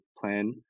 plan